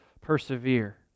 persevere